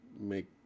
make